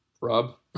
rob